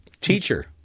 Teacher